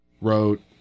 wrote